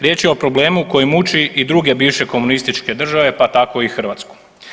Riječ je o problemu koje muči i druge bivše komunističke države pa tako i Hrvatsku.